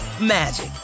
magic